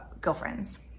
girlfriends